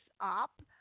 up